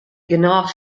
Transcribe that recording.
genôch